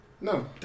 No